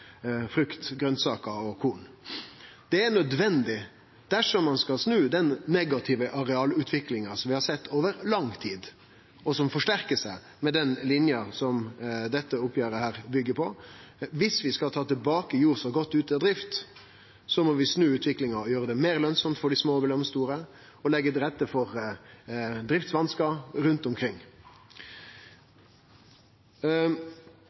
frukt, grønsaker og korn. Det er nødvendig dersom ein skal snu den negative arealutviklinga som vi har sett over lang tid, og som forsterkar seg med den linja som dette oppgjeret byggjer på. Viss vi skal ta tilbake jord som har gått ut av drift, må vi snu utviklinga og gjere det meir lønsamt for dei små og mellomstore og leggje til rette for driftsvansketilskot rundt omkring.